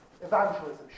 evangelism